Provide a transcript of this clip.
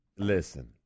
Listen